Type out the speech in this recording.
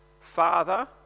Father